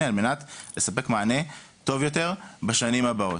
על מנת לספק מענה טוב יותר בשנים הבאות.